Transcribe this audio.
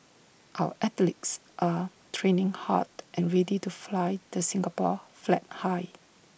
our athletes are training hard and ready to fly the Singapore flag high